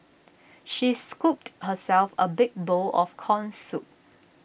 she scooped herself A big bowl of Corn Soup